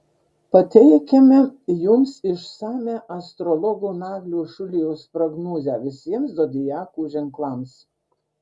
pateikiame jums išsamią astrologo naglio šulijos prognozę visiems zodiako ženklams